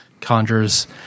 conjures